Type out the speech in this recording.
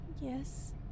yes